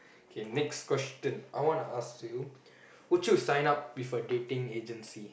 K next question I wanna ask you would you sign up with a dating agency